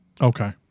Okay